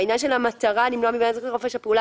העניין של המטרה למנוע מבן הזוג את חופש הפעולה